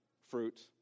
fruit